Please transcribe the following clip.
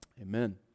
Amen